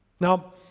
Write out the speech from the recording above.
Now